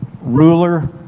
ruler